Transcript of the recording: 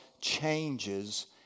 changes